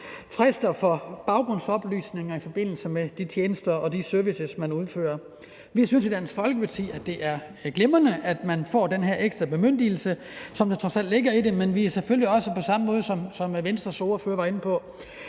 frister for baggrundsoplysninger i forbindelse med de tjenester og de services, de leverer. Vi synes i Dansk Folkeparti, at det er glimrende, at man får den her ekstra bemyndigelse, som der trods alt ligger i det, men vi er selvfølgelig også, på samme måde som Venstres ordfører var inde på,